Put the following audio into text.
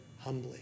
humbly